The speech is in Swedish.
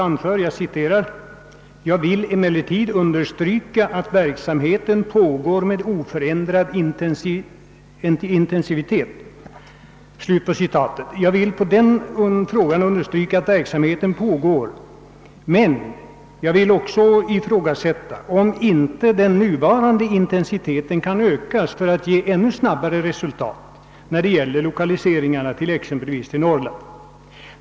Den första lyder: »Jag vill emellertid under stryka att verksamheten pågår med oförändrad intensitet ———.» Det vill jag här bekräfta. Men jag ifrågasätter samtidigt om inte den nuvarande intensiteten kan ökas, så att vi når ännu snabbare resultat när det gäller att lokalisera företag till Norrland.